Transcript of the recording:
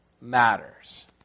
matters